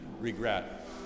regret